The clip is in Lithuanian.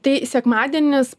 tai sekmadienis